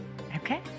Okay